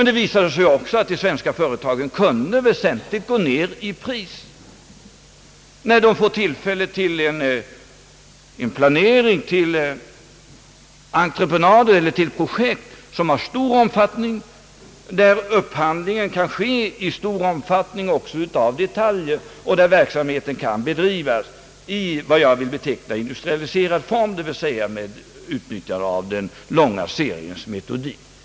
Det visade sig ju också att de svenska företagen kunde gå ned i pris väsentligt, när de fick tillfälle till planering, när det gällde projekt av så stor omfattning att upphandlingen också av detaljer kunde göras i stor skala och där verksamheten kunde bedrivas i vad jag vill beteckna industrialiserad form, d.v.s. med utnyttjande av den långa seriens metodik.